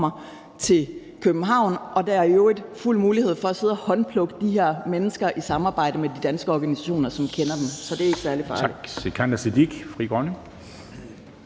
til København, og der er i øvrigt fuld mulighed for at sidde og håndplukke de her mennesker i samarbejde med de danske organisationer, som kender dem. Så det er ikke særlig farligt. Kl.